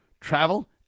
travel